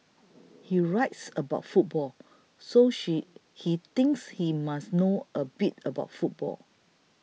he writes about football so she he thinks he must know a bit about football